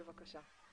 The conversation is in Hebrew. בבקשה.